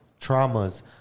traumas